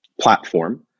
platform